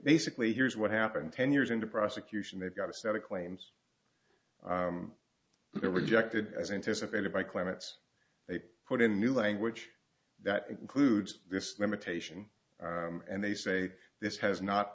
basically here's what happened ten years into prosecution they got a set of claims rejected as anticipated by climates they put in a new language that includes this limitation and they say this has not